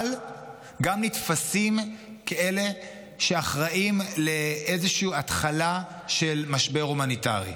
אבל גם נתפסים כאלה שאחראים לאיזושהי התחלה של משבר הומניטרי.